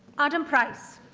adam price